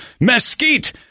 mesquite